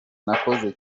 nakoze